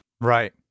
Right